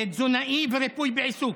תזונאי וריפוי בעיסוק.